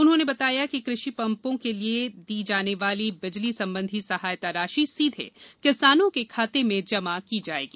उन्होंने बताया कि कृषि पंपों के लिए दी जाने बिजली संबंधी सहायता राशि सीधे किसानों के खाते में डाली जमा की जायेगी